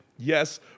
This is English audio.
Yes